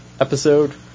episode